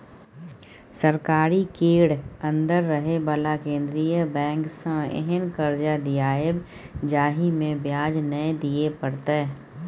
सरकारी केर अंदर रहे बला केंद्रीय बैंक सँ एहेन कर्जा दियाएब जाहिमे ब्याज नै दिए परतै